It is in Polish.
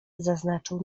zaznaczył